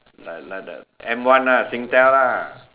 like like the M one ah Singtel lah